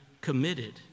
committed